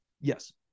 Yes